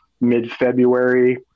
mid-February